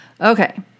Okay